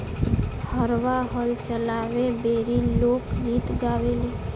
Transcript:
हरवाह हल चलावे बेरी लोक गीत गावेले